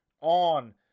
on